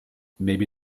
maybe